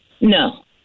no